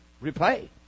repay